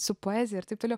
su poezija ir taip toliau